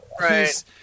Right